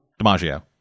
DiMaggio